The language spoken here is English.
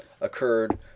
occurred